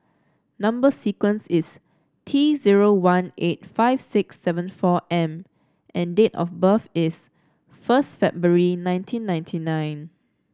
number sequence is T zero one eight five six seven four M and date of birth is first February nineteen ninety nine